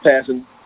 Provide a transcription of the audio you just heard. passing